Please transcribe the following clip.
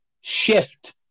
shift